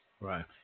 right